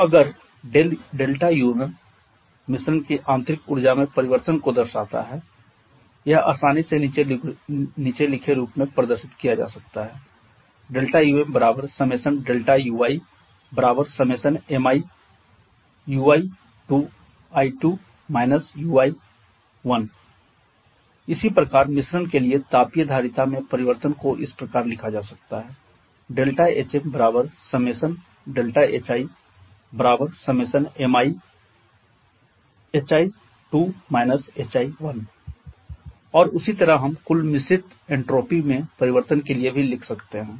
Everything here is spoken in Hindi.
तो अगर ΔUm मिश्रण की आंतरिक ऊर्जा में परिवर्तन को दर्शाता है यह आसानी से नीचे लिखे रूप में प्रदर्शित किया जा सकता है Um i1kUi i1kmi ui 2 ui 1 इसी प्रकार मिश्रण के लिए तापीय धारिता में परिवर्तन को इस प्रकार लिखा जा सकता है Hm i1kHi i1kmi hi 2 hi 1 और उसी तरह हम कुल मिश्रित एन्ट्रापी में परिवर्तन के लिए भी लिख सकते हैं